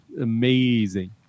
amazing